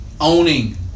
Owning